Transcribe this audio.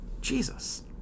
Jesus